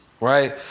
right